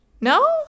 No